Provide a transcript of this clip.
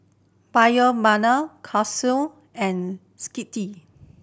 Kose and Skittle